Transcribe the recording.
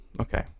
Okay